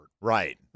Right